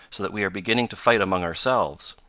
so that we are beginning to fight among ourselves.